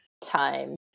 time